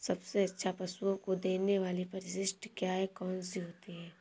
सबसे अच्छा पशुओं को देने वाली परिशिष्ट क्या है? कौन सी होती है?